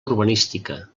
urbanística